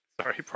sorry